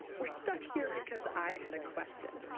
we're stuck here because i had a question.